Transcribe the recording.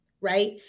right